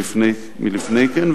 בהם מלפני כן,